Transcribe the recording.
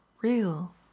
real